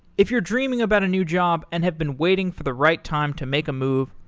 if you're dreaming about a new job and have been waiting for the right time to make a move,